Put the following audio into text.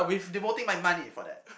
devoting my money for that